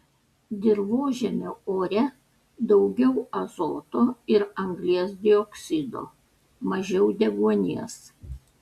dirvožemio ore daugiau azoto ir anglies dioksido mažiau deguonies